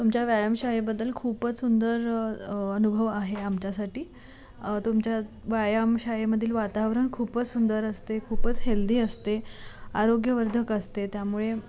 तुमच्या व्यायामशाळेबद्दल खूपच सुंदर अनुभव आहे आमच्यासाठी तुमच्या व्यायामशाळेमधील वातावरण खूपच सुंदर असते खूपच हेल्दी असते आरोग्यवर्धक असते त्यामुळे